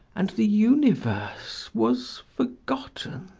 and the universe was forgotten.